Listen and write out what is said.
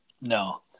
No